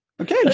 Okay